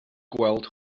gweld